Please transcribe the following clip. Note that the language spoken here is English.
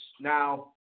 Now